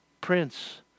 prince